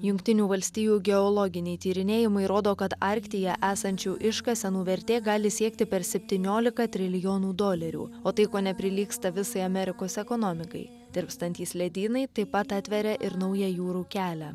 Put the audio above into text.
jungtinių valstijų geologiniai tyrinėjimai rodo kad arktyje esančių iškasenų vertė gali siekti per septyniolika trilijonų dolerių o tai kone prilygsta visai amerikos ekonomikai tirpstantys ledynai taip pat atveria ir naują jūrų kelią